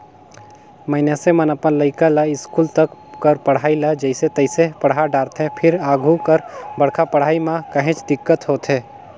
मइनसे मन अपन लइका ल इस्कूल तक कर पढ़ई ल जइसे तइसे पड़हा डारथे फेर आघु कर बड़का पड़हई म काहेच दिक्कत होथे